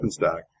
OpenStack